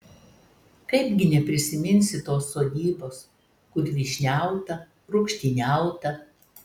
kaipgi neprisiminsi tos sodybos kur vyšniauta rūgštyniauta